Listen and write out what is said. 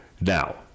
Now